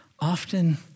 often